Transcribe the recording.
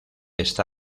está